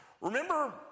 Remember